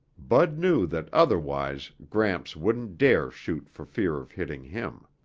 bud knew that otherwise gramps wouldn't dare shoot for fear of hitting him.